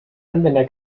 anwender